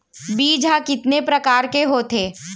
बीज ह कितने प्रकार के होथे?